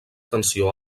tensió